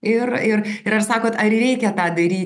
ir ir ir ar sakot ar reikia tą daryti